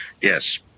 Yes